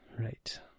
Right